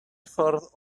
ffordd